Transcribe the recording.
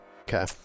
okay